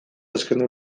azken